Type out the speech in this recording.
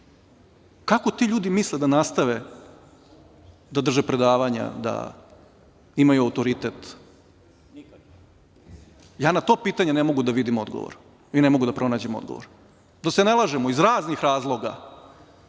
kako ti ljudi misle da nastave da drže predavanja, da imaju autoritet? Ja na to pitanje ne mogu da vidim odgovor i ne mogu da pronađem odgovor. Da se ne lažemo, iz raznih razloga